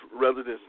residents